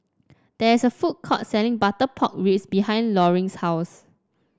there is a food court selling Butter Pork Ribs behind Loring's house